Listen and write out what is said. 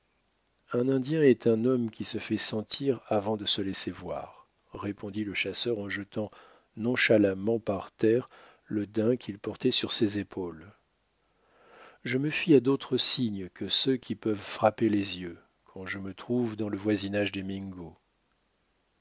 un indien est un homme qui se fait sentir avant de se laisser voir répondit le chasseur en jetant nonchalamment par terre le daim qu'il portait sur ses épaules je me fie à d'autres signes que ceux qui peuvent frapper les yeux quand je me trouve dans le voisinage des mingos